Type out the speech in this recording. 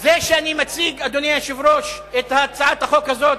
זה שאני מציג, אדוני היושב-ראש, את הצעת החוק הזאת